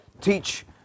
Teach